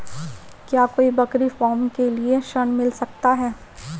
क्या कोई बकरी फार्म के लिए ऋण मिल सकता है?